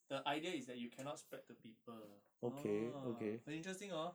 the idea is that you cannot spread to people ah 很 interesting hor